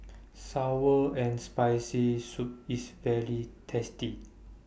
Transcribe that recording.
Sour and Spicy Soup IS very tasty